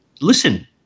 listen